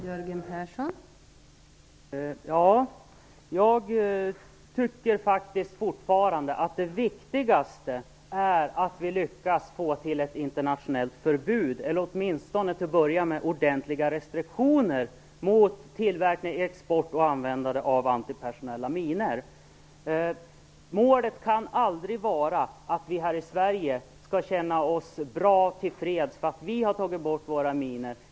Fru talman! Jag tycker fortfarande att det viktigaste är att vi lyckas få till stånd ett internationellt förbud eller åtminstone till att börja med ordentliga restriktioner mot tillverkning, export och användande av antipersonella minor. Målet kan aldrig vara att vi här i Sverige skall känna oss till freds för att vi har tagit bort våra minor.